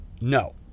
No